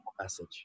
message